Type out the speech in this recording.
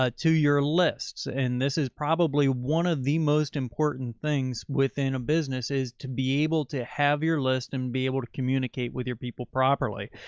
ah to your list. and this is probably one of the most important things within a business is to be able to have your list and be able to communicate with your people properly.